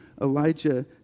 Elijah